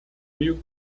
reel